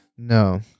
No